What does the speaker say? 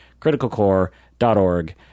criticalcore.org